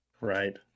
Right